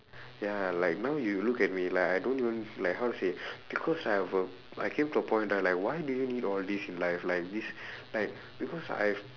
ya like now you look at me like I don't even like how to say because I have a I came to point right like why do you need all this in life like this like because I've